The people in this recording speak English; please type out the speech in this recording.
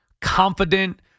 confident